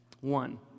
One